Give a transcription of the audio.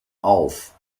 auf